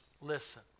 listen